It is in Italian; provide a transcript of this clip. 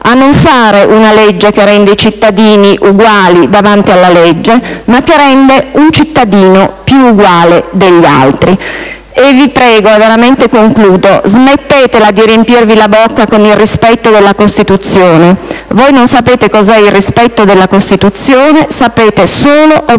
approvare una legge non che rende i cittadini uguali davanti alla legge, ma che rende un cittadino più uguale degli altri. E vi prego: smettetela di riempirvi la bocca con «il rispetto della Costituzione»: voi non sapete cos'è il rispetto della Costituzione, sapete solo obbedire